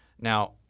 Now